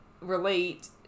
relate